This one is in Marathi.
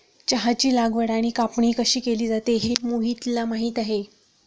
चहाची लागवड आणि कापणी कशी केली जाते हे मोहितला माहित आहे